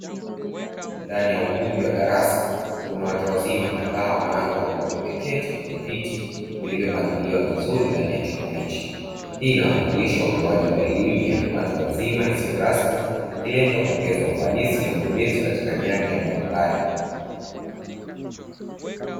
Ndani ya ukumbi wa darasa kunawatu wazima kadhaa wanawake kwa wanaume waketi kwenye viti vilivyo pangiliwa vizuri ndani ya chumba hichi. Hii inawakilisha utoaji wa elimu ya watu wazima isyo rasmi ikilenga kuongeza ufanisi na ubobezi katika nyanja mbalimbali.